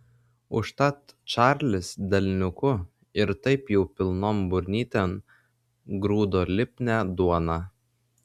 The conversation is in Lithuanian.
užtat čarlis delniuku ir taip jau pilnon burnytėn grūdo lipnią duoną